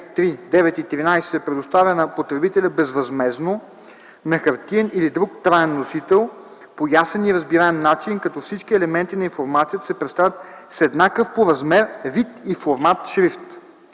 3, 9 и 13 се предоставя на потребителя безвъзмездно на хартиен или друг траен носител по ясен и разбираем начин, като всички елементи на информацията се представят с еднакъв по размер, вид и формат шрифт.